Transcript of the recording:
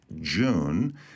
June